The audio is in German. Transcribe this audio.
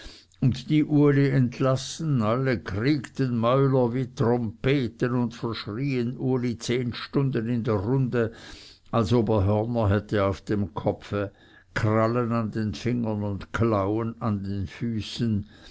und die uli entlassen alle kriegten mäuler wie trompeten und verschrien uli zehn stunden in der runde als ob er hörner hätte auf dem kopfe krallen an den fingern und klauen an den füßen